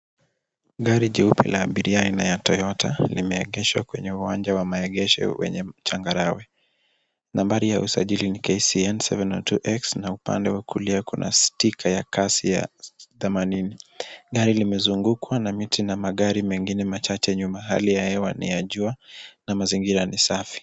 Gari jeupe la abiria aina ya Toyota limeegeshwa kwenye uwanja wa maegesho wenye changarawe. Nambari ya usajili ni KCN 702X na upande wa kulia kuna sticker ya kasi ya themanini. gari limezungukwa na miti na magari mengine machache nyuma. Hali ya hewa ni ya jua na mazingira ni safi.